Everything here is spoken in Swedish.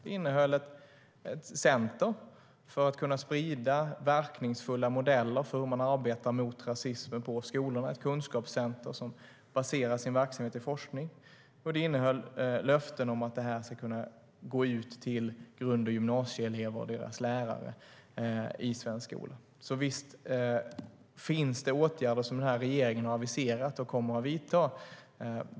Den innehöll ett löfte om ett center för att sprida verkningsfulla modeller för hur man arbetar mot rasism på skolorna, ett kunskapscenter som baserar sin verksamhet på forskning och som ska kunna gå ut med information till grundskole och gymnasieelever och deras lärare i svensk skola. Så visst finns det åtgärder som den här regeringen har aviserat och kommer att vidta.